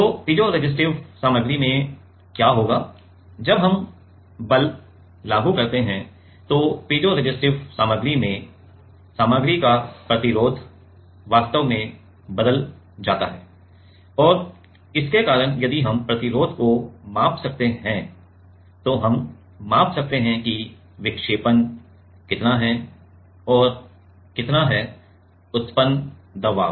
तो पीज़ोरेसिस्टिव सामग्री में क्या होगा जब हम बल लागू करते हैं तो पीज़ोरेसिस्टिव सामग्री में सामग्री का प्रतिरोध वास्तव में बदल जाता है और इसके कारण यदि हम प्रतिरोध को माप सकते हैं तो हम माप सकते हैं कि विक्षेपण कितना है और कितना है उत्पन्न दबाव